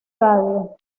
radio